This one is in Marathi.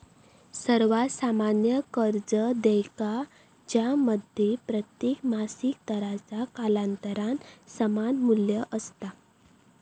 सर्वात सामान्य कर्ज देयका ज्यामध्ये प्रत्येक मासिक दराचा कालांतरान समान मू्ल्य असता